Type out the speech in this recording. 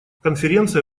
конференция